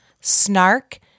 snark